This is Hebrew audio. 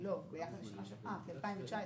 ביחס ל-2019.